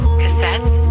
cassettes